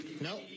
No